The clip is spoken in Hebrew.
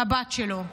הבת שלו.